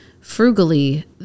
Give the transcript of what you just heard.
frugally